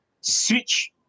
switch